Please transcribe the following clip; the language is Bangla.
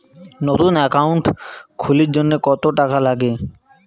নতুন একাউন্ট খুলির জন্যে কত টাকা নাগে?